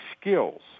skills